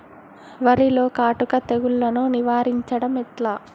వరిలో కాటుక తెగుళ్లను నివారించడం ఎట్లా?